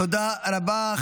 תודה רבה.